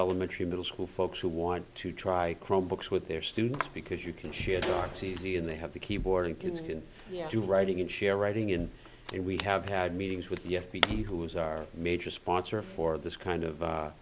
elementary middle school folks who want to try chrome books with their students because you can share the r t c and they have the keyboard and kids can do writing and share writing and we have had meetings with the f he who is our major sponsor for this kind of